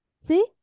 See